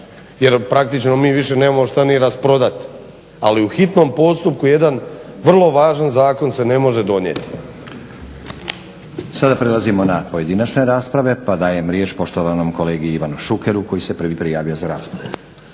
jer praktično mi više nemamo šta ni rasprodat. Ali u hitnom postupku jedan vrlo važan zakon se ne može donijeti. **Stazić, Nenad (SDP)** Sada prelazimo na pojedinačne rasprave, pa dajem riječ poštovanom kolegi Ivanu Šukeru koji se prvi prijavio ra raspravu.